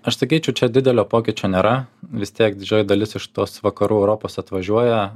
aš sakyčiau čia didelio pokyčio nėra vis tiek didžioji dalis iš tos vakarų europos atvažiuoja